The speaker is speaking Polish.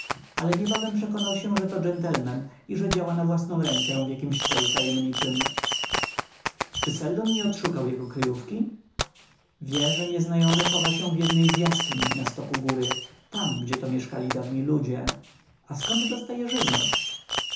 ale niebawem przekonał się że to gentleman i że działa na własną rękę w jakimś celu tajemniczym czy seldon nie odszukał jego kryjówki wie że nieznajomy chowa się w jednej z jaskiń na stoku góry tam gdzie to mieszkali dawni ludzie a skąd dostaje żywność